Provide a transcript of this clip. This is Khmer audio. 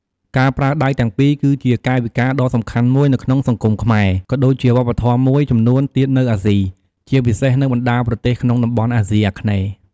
ការប្រើដៃទាំងពីរ គឺជាកាយវិការដ៏សំខាន់មួយនៅក្នុងសង្គមខ្មែរ ក៏ដូចជាវប្បធម៌មួយចំនួនទៀតនៅអាស៊ី ជាពិសេសនៅបណ្តាប្រទេសក្នុងតំបន់អាស៊ីអាគ្នេយ៍។